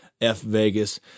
F-Vegas